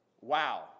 Wow